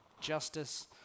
justice